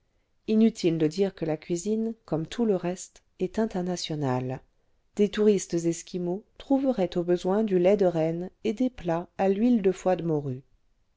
inutile de dire que la cuisine comme tout le reste est internationale des touristes esquimaux trouveraient au besoin du lait de renne et des plats à l'huile de foie de morue